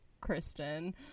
Kristen